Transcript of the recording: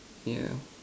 yeah